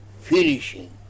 finishing